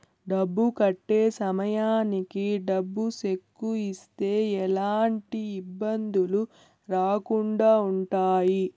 డబ్బు కట్టే సమయానికి డబ్బు సెక్కు ఇస్తే ఎలాంటి ఇబ్బందులు రాకుండా ఉంటాయి